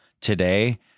today